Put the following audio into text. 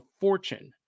fortune